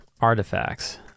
artifacts